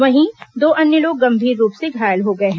वहीं दो अन्य लोग गंभीर रूप से घायल हो गए हैं